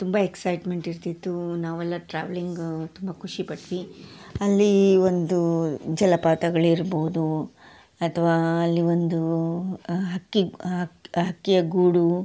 ತುಂಬಾ ಎಕ್ಸೈಟ್ಮೆಂಟ್ ಇರ್ತಿತ್ತು ನಾವೆಲ್ಲ ಟ್ರಾವೆಲಿಂಗ್ ತುಂಬಾ ಖುಷಿ ಪಟ್ವಿ ಅಲ್ಲಿ ಒಂದು ಜಲಪಾತಗಳಿರ್ಬೋದು ಅಥವಾ ಅಲ್ಲಿ ಒಂದು ಹಕ್ಕಿ ಹಕ್ ಹಕ್ಕಿಯ ಗೂಡು